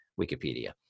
wikipedia